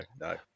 no